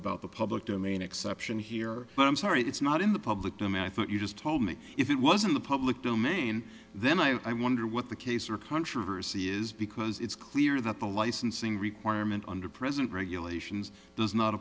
about the public domain exception here but i'm sorry it's not in the public you just told me if it was in the public domain then i wonder what the case or controversy is because it's clear that the licensing requirement under present regulations does not